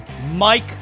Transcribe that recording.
Mike